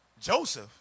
Joseph